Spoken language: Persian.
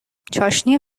چاشنی